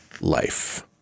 life